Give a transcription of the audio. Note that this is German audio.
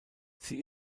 sie